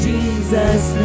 Jesus